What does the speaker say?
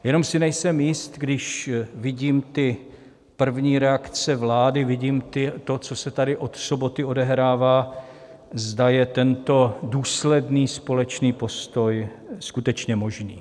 Jenom si nejsem jist, když vidím ty první reakce vlády, vidím to, co se tady od soboty odehrává, zda je tento důsledný společný postoj skutečně možný.